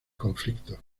conflicto